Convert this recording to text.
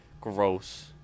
gross